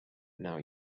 now